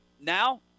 now